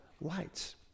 lights